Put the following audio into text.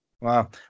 Wow